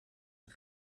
een